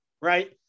right